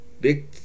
big